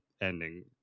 ending